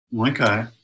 Okay